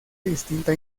distinta